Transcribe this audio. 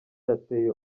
yateye